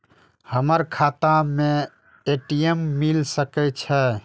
हमर खाता में ए.टी.एम मिल सके छै?